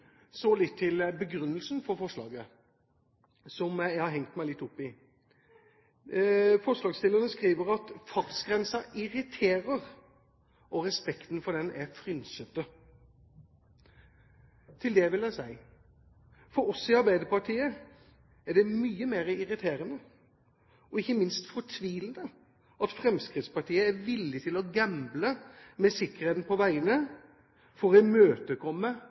Så litt til begrunnelsen for forslaget, som jeg har hengt meg litt opp i. Forslagsstillerne skriver at fartsgrensen irriterer, og at respekten for den er frynsete. Til det vil jeg si at for oss i Arbeiderpartiet er det mye mer irriterende – og ikke minst fortvilende – at Fremskrittspartiet er villig til å gamble med sikkerheten på veiene for å imøtekomme